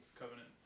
covenant